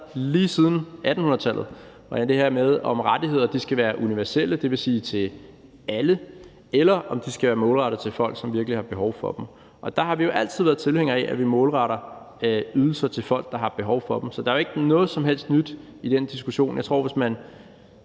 alt det her med, om rettigheder skal være universelle, dvs. til alle, eller om de skal være målrettet folk, som virkelig har behov for dem. Der har vi jo altid været tilhængere af, at vi målretter ydelser til folk, der har behov for dem. Så der er jo ikke noget som helst nyt i den diskussion. Jeg tror, at hvis man